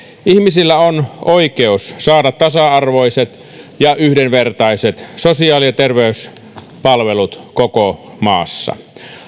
ihmisillä on oikeus saada tasa arvoiset ja yhdenvertaiset sosiaali ja terveyspalvelut koko maassa